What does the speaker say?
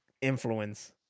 influence